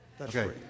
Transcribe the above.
Okay